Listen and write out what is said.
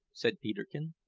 said peterkin.